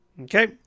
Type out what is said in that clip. Okay